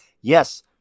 Yes